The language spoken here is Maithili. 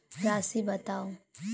राशि बताउ